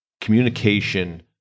communication